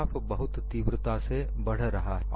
graph बहुत तीव्रता से बढ़ रहा है